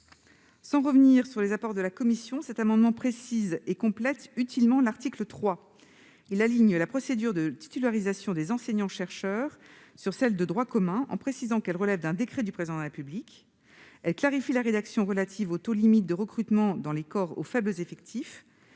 Sans revenir sur les apports de la commission, l'amendement n° 220 tend à préciser et à compléter utilement l'article 3, en alignant la procédure de titularisation des enseignants-chercheurs sur celle du droit commun, en précisant qu'elle relève d'un décret du Président de la République, en clarifiant la rédaction relative au taux limite de recrutement dans les corps aux faibles effectifs